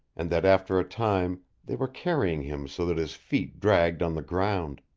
and that after a time they were carrying him so that his feet dragged on the ground.